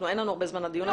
אין לנו הרבה זמן לדיון הזה.